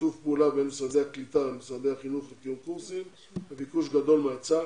שיתוף פעולה בין משרדי הקליטה והחינוך וביקוש גדול מההיצע.